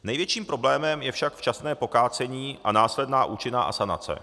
Největším problémem je však včasné pokácení a následná účinná asanace.